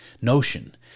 notion